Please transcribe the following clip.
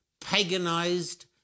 paganized